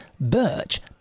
Birch